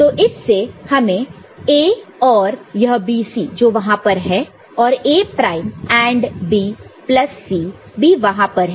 तो इससे हमें A और यह BC जो वहां पर है और A prime AND B plus C भी वहां पर है